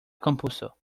compuso